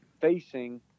facing